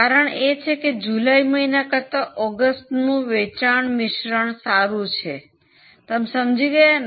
કારણ એ છે કે જુલાઈ મહિના કરતાં ઓગસ્ટનું વેચાણ મિશ્રણ સારું છે તમે સમજી ગયા છો